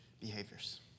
behaviors